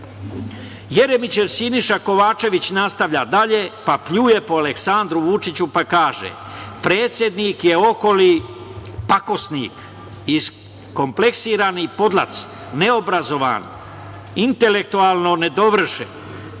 ponašati“.Jeremićev Siniša Kovačević nastavlja dalje pa pljuje po Aleksandru Vučiću, pa kaže – predsednik je oholi pakosnik, iskompleksirani podlac, neobrazovan, intelektualno nedovršen,